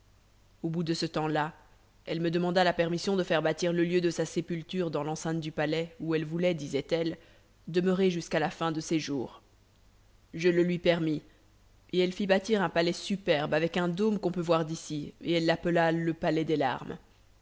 au bout de ce temps-là elle me demanda la permission de faire bâtir le lieu de sa sépulture dans l'enceinte du palais où elle voulait disait-elle demeurer jusqu'à la fin de ses jours je le lui permis et elle fit bâtir un palais superbe avec un dôme qu'on peut voir d'ici et elle l'appela le palais des larmes